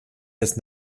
des